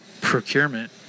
procurement